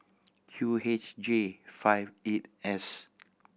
Q H J five eight S